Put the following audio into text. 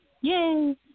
Yay